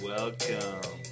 Welcome